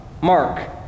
Mark